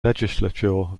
legislature